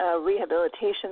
rehabilitation